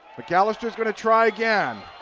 mcalister is going to try again.